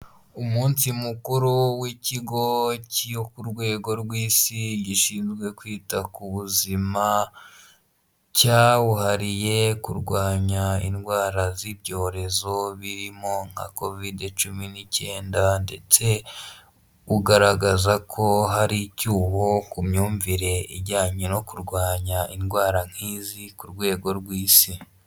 Umunsi mukuru w'ikigo cyo ku rwego rw'isi gishinzwe kwita ku buzima. Cyawuhariye kurwanya indwara z'ibyorezo birimo nka kovide cumi n'icyenda .Ndetse ugaragaza ko hari icyuho ku myumvire ijyanye no kurwanya indwara nk'izi ku rwego rw'isi.